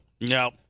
no